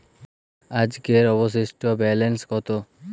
আজকের অবশিষ্ট ব্যালেন্স কত?